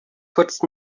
kotzt